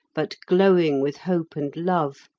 but glowing with hope and love,